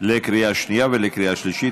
בקריאה שנייה ובקריאה שלישית.